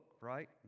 right